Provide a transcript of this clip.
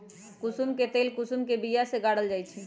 कुशुम के तेल कुशुम के बिया से गारल जाइ छइ